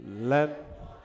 Let